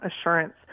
assurance